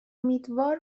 امیدوار